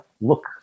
look